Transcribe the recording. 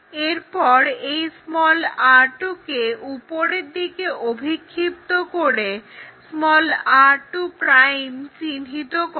এরপর এই r2 কে উপরের দিকে অভিক্ষিপ্ত করে r2' চিহ্নিত করো